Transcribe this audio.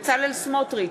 בצלאל סמוטריץ,